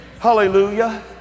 Hallelujah